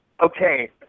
okay